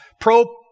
pro